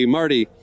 Marty